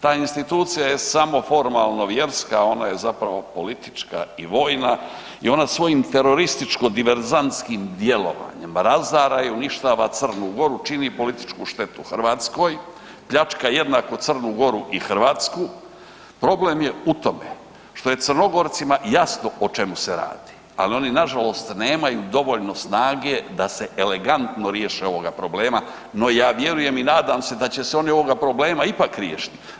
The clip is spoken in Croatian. Ta institucija je samo formalno vjerska, ona je zapravo politička i vojna i ona svojim terorističko diverzantskim djelovanjem razara i uništava Crnu Goru i čini političku štetu Hrvatskoj, pljačka jednako Crnu Goru i Hrvatsku, problem je u tome što je Crnogorcima jasno o čemu se radi, ali oni nažalost nemaju dovoljno snage da se elegantno riješe ovoga problema, no, ja vjerujem i nadam se da će se oni ovoga problema ipak riješiti.